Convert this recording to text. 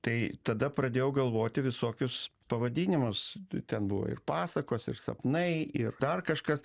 tai tada pradėjau galvoti visokius pavadinimus ten buvo ir pasakos ir sapnai ir dar kažkas